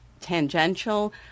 tangential